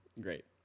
Great